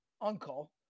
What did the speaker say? Uncle